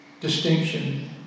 distinction